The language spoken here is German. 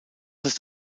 ist